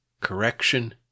correction